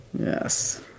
Yes